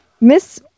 Miss